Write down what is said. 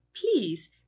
please